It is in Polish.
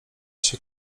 się